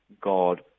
God